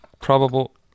Probable